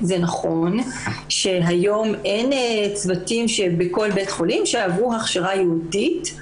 זה נכון שהיום אין צוותים בכל בית חולים שעברו הכשרה ייעודית